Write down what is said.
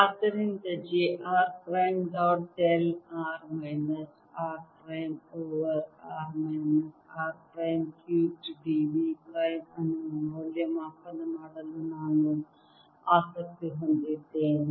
ಆದ್ದರಿಂದ j r prime dot del r minus r prime over r minus r prime cubed d v prime ಅನ್ನು ಮೌಲ್ಯಮಾಪನ ಮಾಡಲು ನಾನು ಆಸಕ್ತಿ ಹೊಂದಿದ್ದೇನೆ